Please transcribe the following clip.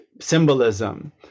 symbolism